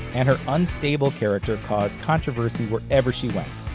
and her unstable character caused controversy wherever she went.